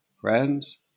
Friends